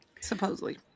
Supposedly